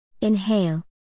Inhale